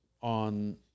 on